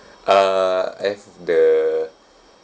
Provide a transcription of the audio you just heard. uh if the